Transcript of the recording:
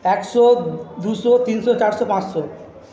একশো দুশো তিনশো চারশো পাঁচশো